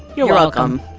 you're welcome